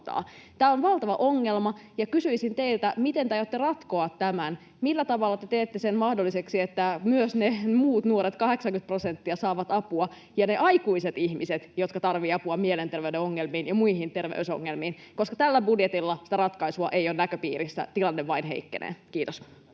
Tämä on valtava ongelma, ja kysyisin teiltä: Miten te aiotte ratkoa tämän? Millä tavalla te teette sen mahdolliseksi, että myös ne muut nuoret, 80 prosenttia, saavat apua, ja ne aikuiset ihmiset, jotka tarvitsevat apua mielenterveyden ongelmiin ja muihin terveysongelmiin, koska tällä budjetilla sitä ratkaisua ei ole näköpiirissä, tilanne vain heikkenee? — Kiitos.